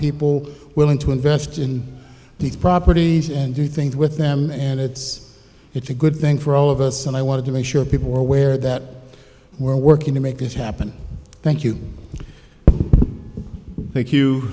people willing to invest in these properties and do things with them and it's it's a good thing for all of us and i wanted to make sure people were aware that we're working to make this happen thank you thank you